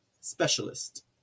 specialist